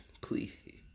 please